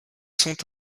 sont